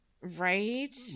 Right